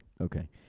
Okay